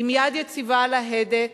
עם יד יציבה על ההגה,